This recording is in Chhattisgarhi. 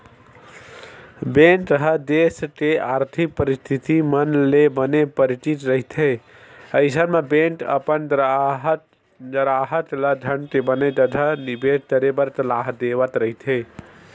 बेंक ह देस के आरथिक परिस्थिति मन ले बने परिचित रहिथे अइसन म बेंक अपन गराहक ल धन के बने जघा निबेस करे बर सलाह देवत रहिथे